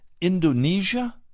Indonesia